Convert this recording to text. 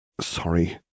Sorry